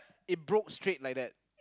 it broke straight like that